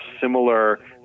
similar